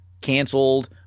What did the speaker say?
canceled